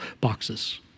boxes